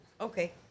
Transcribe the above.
Okay